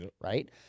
Right